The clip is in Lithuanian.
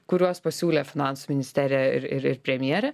kuriuos pasiūlė finansų ministerija ir ir premjerė